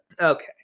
Okay